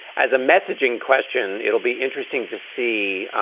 as a messaging question, it'll be interesting to see. i